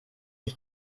ich